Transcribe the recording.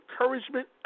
encouragement